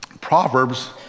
Proverbs